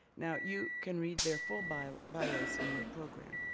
now you can read their full bios bios in your program.